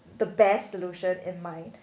the best solution in mind